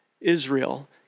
Israel